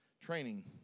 training